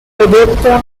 prodotto